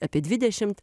apie dvidešimt